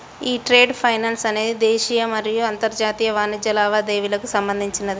యీ trade finance అనేది దేశీయ మరియు అంతర్జాతీయ వాణిజ్య లావాదేవీలకు సంబంధించినది